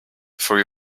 for